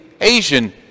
Asian